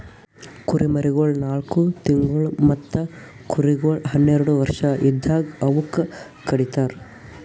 ಕುರಿಮರಿಗೊಳ್ ನಾಲ್ಕು ತಿಂಗುಳ್ ಮತ್ತ ಕುರಿಗೊಳ್ ಹನ್ನೆರಡು ವರ್ಷ ಇದ್ದಾಗ್ ಅವೂಕ ಕಡಿತರ್